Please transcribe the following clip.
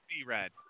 C-Red